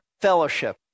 fellowship